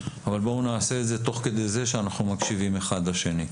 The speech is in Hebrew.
אבל בואו נעשה את זה תוך כדי זה שאנחנו מקשיבים אחד לשני.